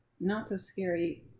not-so-scary